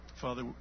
Father